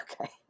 Okay